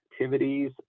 activities